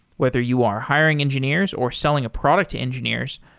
whether you are hiring engineers or selling a product to engineers,